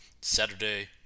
Saturday